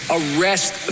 arrest